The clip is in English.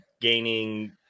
gaining